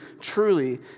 truly